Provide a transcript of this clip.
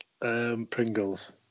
Pringles